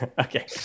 Okay